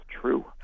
true